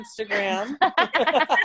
Instagram